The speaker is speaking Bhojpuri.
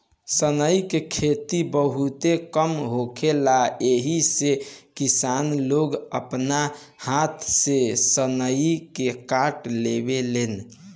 सनई के खेती बहुते कम होखेला एही से किसान लोग आपना हाथ से सनई के काट लेवेलेन